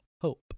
hope